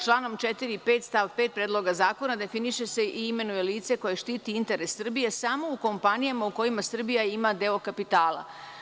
Članom 4. i 5. stav 5. Predloga zakona, definiše se i imenuje lice koje štiti interes Srbije, samo u kompanijama u kojima Srbija ima deo kapitala.